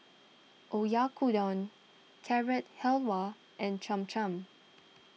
Oyakodon Carrot Halwa and Cham Cham